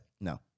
No